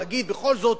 להגיד: בכל זאת,